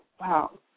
wow